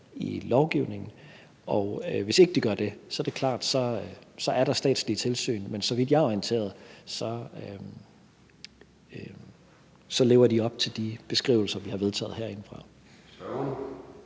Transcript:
i lovgivningen. Hvis ikke de gør det, er det klart, at der er statslige tilsyn. Men så vidt jeg er orienteret, lever de op til de beskrivelser, vi har vedtaget herindefra.